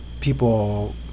people